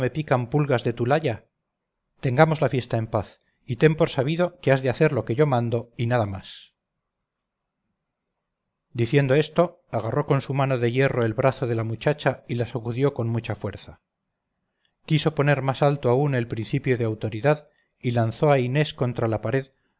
pican pulgas de tu laya tengamos la fiesta en paz y ten por sabido que has de hacer lo que yo mando y nada más diciendo esto agarró con su mano de hierro el brazo de la muchacha y la sacudió con mucha fuerza quiso poner más alto aún el principio de autoridad y lanzó a inés contra la pared